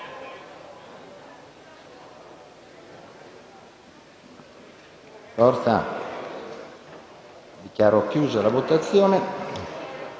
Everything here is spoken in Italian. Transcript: Grazie,